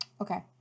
Okay